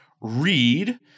read